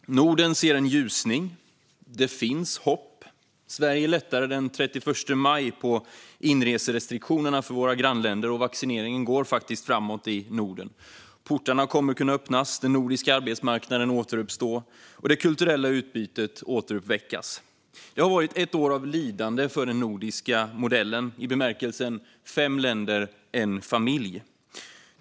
Herr talman! Norden ser en ljusning. Det finns hopp. Sverige lättade den 31 maj på inreserestriktionerna för våra grannländer, och vaccineringen går faktiskt framåt i Norden. Portarna kommer att kunna öppnas, den nordiska arbetsmarknaden återuppstå och det kulturella utbytet återuppväckas. Det har varit ett år av lidande för den nordiska modellen i bemärkelsen fem länder - en familj.